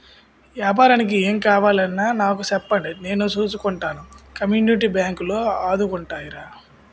ఏపారానికి ఏం కావాలన్నా నాకు సెప్పండి నేను సూసుకుంటానని కమ్యూనిటీ బాంకులు ఆదుకుంటాయిరా